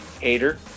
Hater